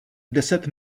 deset